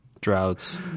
Droughts